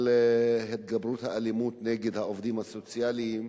של התגברות האלימות נגד העובדים הסוציאליים,